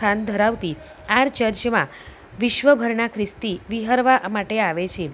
સ્થાન ધરાવતી આ ચર્ચમાં વિશ્વ ભરના ખ્રિસ્તી વિહરવા માટે આવે છે